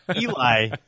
Eli